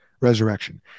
resurrection